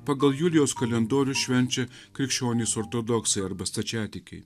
pagal julijaus kalendorių švenčia krikščionys ortodoksai arba stačiatikiai